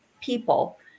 people